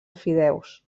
fideus